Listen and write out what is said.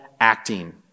acting